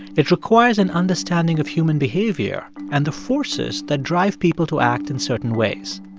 it requires an understanding of human behavior and the forces that drive people to act in certain ways.